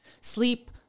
sleep